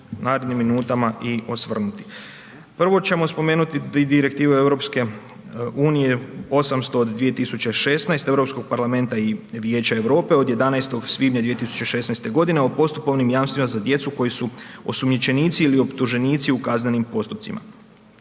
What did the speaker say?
Prvo ćemo spomenuti direktivu EU-a 800/2016 Europskog parlamenta i Vijeća Europe od 11. svibnja 2016. g. o postupovnim jamstvima za djecu koji su osumnjičenici ili optuženici u kaznenim postupcima.